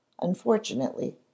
Unfortunately